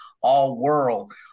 all-world